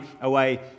away